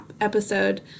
episode